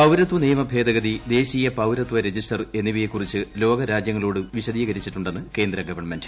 പൌരത്വ നിയമഭേദിഗ്തി ദേശീയ പൌരത്വ രജിസ്റ്റർ എന്നിവയെക്കുറിച്ച് ്ലോക രാജ്യങ്ങളോട് വിശദീകരിച്ചിട്ടുണ്ടെന്ന് കേന്ദ്ര ഗവൺമെന്റ്